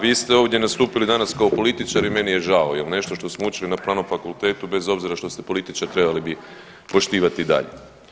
Vi ste ovdje nastupili kao političar i meni je žao jer nešto što smo učili na Pravnom fakultetu bez obzira što ste političar trebali bi poštivati i dalje.